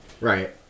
Right